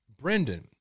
Brendan